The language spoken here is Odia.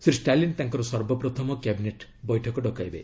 ଶ୍ରୀ ଷ୍ଟାଲିନ ତାଙ୍କର ସର୍ବପ୍ରଥମ କ୍ୟାବିନେଟ୍ ବୈଠକ ଡକାଇବେ